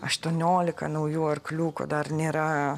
aštuonioliką naujų arkliukų dar nėra